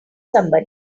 somebody